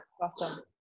awesome